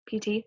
PT